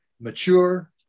mature